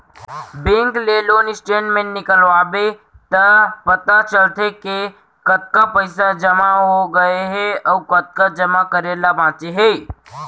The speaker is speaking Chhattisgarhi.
बेंक ले लोन स्टेटमेंट निकलवाबे त पता चलथे के कतका पइसा जमा हो गए हे अउ कतका जमा करे ल बांचे हे